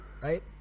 right